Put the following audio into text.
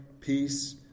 peace